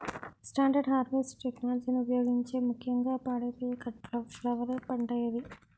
Standard harvest టెక్నాలజీని ఉపయోగించే ముక్యంగా పాడైపోయే కట్ ఫ్లవర్ పంట ఏది?